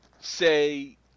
say